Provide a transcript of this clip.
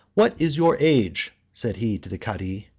what is your age? said he to the cadhi.